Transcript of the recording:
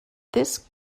this